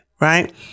right